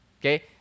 Okay